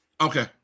okay